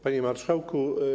Panie Marszałku!